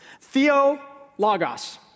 Theologos